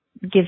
give